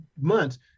months